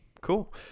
cool